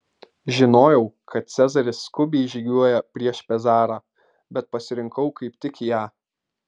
žinojau kad cezaris skubiai žygiuoja prieš pezarą bet pasirinkau kaip tik ją